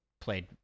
played